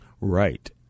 Right